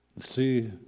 see